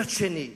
מצד שני,